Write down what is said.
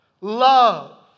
Love